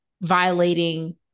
violating